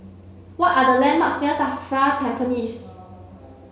what are the landmarks near SAFRA Tampines